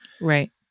Right